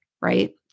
right